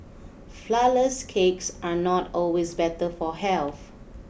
flourless cakes are not always better for health